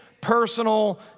personal